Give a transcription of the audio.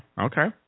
Okay